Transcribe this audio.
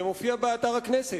זה מופיע באתר הכנסת,